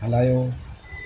हलायो